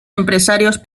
empresarios